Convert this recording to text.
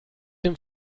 dem